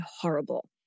horrible